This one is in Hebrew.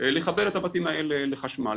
לחבר את הבתים האלה לחשמל.